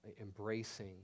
embracing